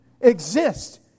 exist